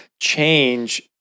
change